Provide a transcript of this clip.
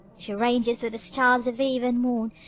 she ranges with the stars of eve and morn,